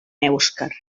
èuscar